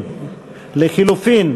לסעיף 42,